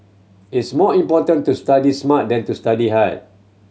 it's more important to study smart than to study hard